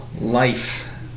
life